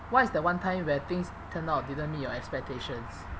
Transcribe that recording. what is that one time where things turn out didn't meet your expectations